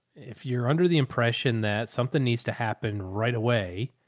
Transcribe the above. if you're under the impression that something needs to happen right away.